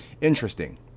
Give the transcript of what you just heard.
Interesting